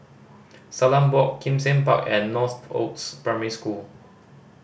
Salam Walk Kim Seng Park and Northoaks Primary School